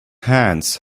hands